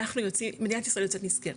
מדינת ישראל יוצאת נשכרת.